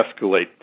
escalate